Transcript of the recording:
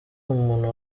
umuntu